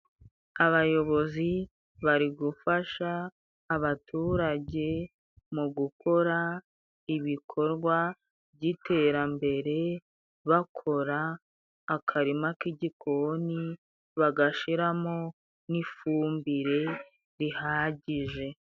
Abayobozi bari gufasha abaturage mu gukora ibikorwa by'iterambere, bakora akarima k'igikoni bagashiramo n'ifumbire rihagije